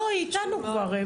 לא, היא איתנו כבר.